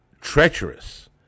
treacherous